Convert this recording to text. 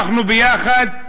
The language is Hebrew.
ביחד,